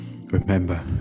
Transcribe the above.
Remember